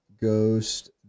Ghost